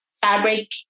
fabric